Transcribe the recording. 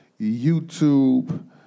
YouTube